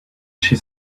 she